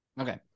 Okay